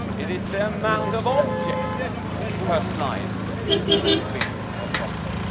it is the amount of objects per slide which has been the problem.